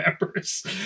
members